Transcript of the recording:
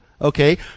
okay